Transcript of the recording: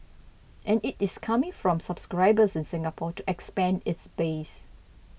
and it is coming from subscribers in Singapore to expand its base